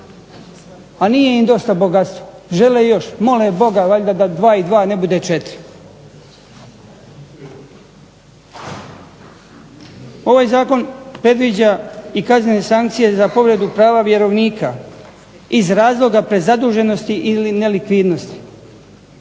a nije im dosta bogatstva, žele još, mole Boga valjda da dva i dva ne bude četiri. Ovaj zakon predviđa i kaznene sankcije za povredu prava vjerovnika iz razloga prezaduženosti ili nelikvidnosti.